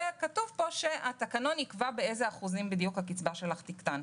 וכתוב פה שהתקנון יקבע באילו אחוזים בדיוק הקצבה שלך תקטן,